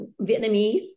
Vietnamese